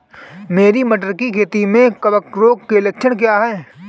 मेरी मटर की खेती में कवक रोग के लक्षण क्या हैं?